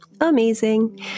amazing